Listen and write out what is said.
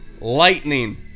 Lightning